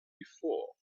before